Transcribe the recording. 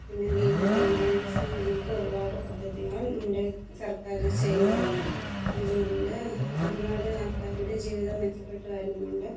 പിന്നെ വീട് മെയിൻ്റനൻസ് ചെയ്യാനും ഒക്കെ ഒരുപാട് പദ്ധതികൾ നമ്മുടെ സർക്കാർ ചെയ്യുന്നുണ്ട് ഇതുകൊണ്ട് ഒരുപാട് ആൾക്കാരുടെ ജീവിതം മെച്ചപ്പെട്ടു വരുന്നുണ്ട്